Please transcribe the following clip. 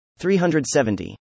370